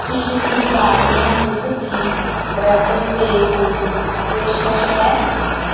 ਕੀ Britannia ਦੁੱਧ ਦੀ bread 'ਤੇ ਕੋਈ ਪੇਸ਼ਕਸ਼ ਹੈ